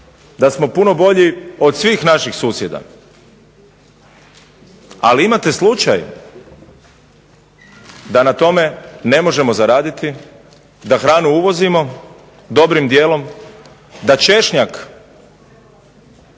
da smo puno bolji od svih naših susjeda, ali imate slučaj da na tome ne možemo zaraditi, da hranu uvozimo dobrim dijelom, da češnjak,